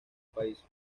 país